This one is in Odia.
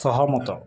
ସହମତ